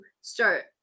start